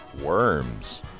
worms